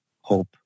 hope